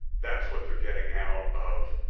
that's what they're getting out of